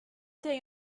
day